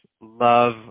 love